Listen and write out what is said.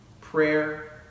Prayer